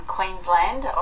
Queensland